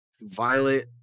Violet